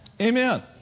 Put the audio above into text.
Amen